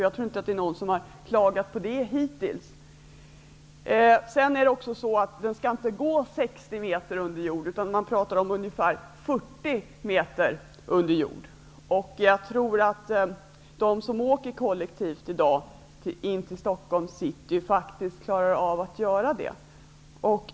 Jag tror inte att någon har klagat på det hittills. Järnvägen skall inte gå 60 meter under jord. Man pratar om ungefär 40 meter under jord. Jag tror att de som åker kollektivt in till Stockholms city klarar detta.